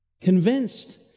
convinced